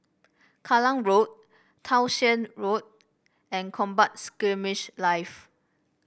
Kallang Road Townshend Road and Combat Skirmish Live